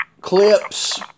clips